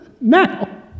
Now